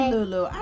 Lulu